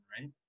right